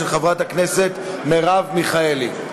של חברת הכנסת מרב מיכאלי.